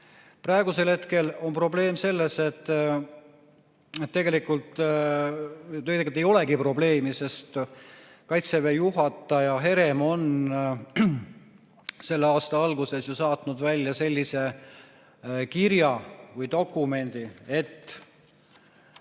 Praegusel hetkel on probleem selles, et ... Tegelikult ei olegi probleemi, sest Kaitseväe juhataja Herem on selle aasta alguses ju saatnud välja sellise kirja või dokumendi, [kus